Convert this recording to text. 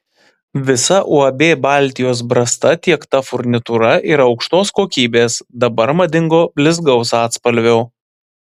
visa uab baltijos brasta tiekta furnitūra yra aukštos kokybės dabar madingo blizgaus atspalvio